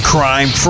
Crime